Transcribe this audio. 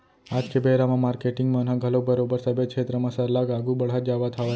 आज के बेरा म मारकेटिंग मन ह घलोक बरोबर सबे छेत्र म सरलग आघू बड़हत जावत हावय